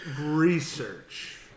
research